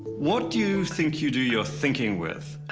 what do you think you do your thinking with?